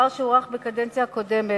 ולאחר שהוארך בקדנציה הקודמת,